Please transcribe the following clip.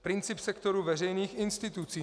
Princip sektoru veřejných institucí.